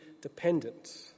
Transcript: dependent